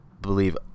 believe